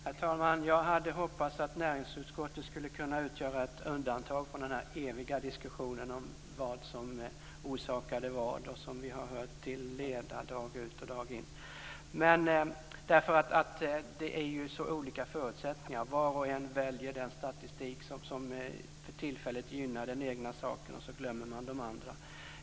Herr talman! Jag hade hoppats att näringsutskottet skulle kunna utgöra ett undantag från den här eviga diskussionen om vad som orsakade vad och som vi har hört till leda dag ut och dag in. Förutsättningarna är ju så olika. Var och en väljer den statistik som för tillfället gynnar den egna saken, och så glömmer man de andra.